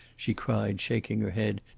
she cried, shaking her head.